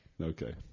Okay